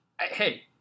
Hey